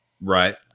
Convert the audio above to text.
Right